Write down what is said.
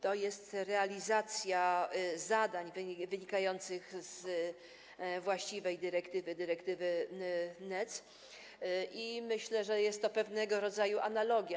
To jest realizacja zadań wynikających z właściwej dyrektywy - dyrektywy NEC i myślę, że jest to pewnego rodzaju analogia.